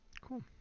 cool